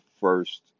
first